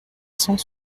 cent